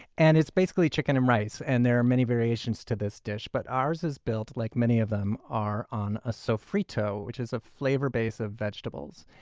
and it's basically chicken and rice, and there are many variations to this dish. but ours is built, like many of them are, on a sofrito, which is a flavor base of vegetables.